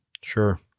Sure